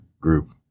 group